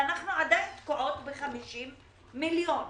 ואנחנו עדיין תקועות ב-50 מיליון.